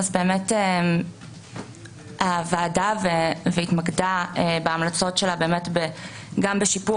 הוועדה התמקדה בהמלצות שלה גם בשיפור